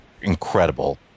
incredible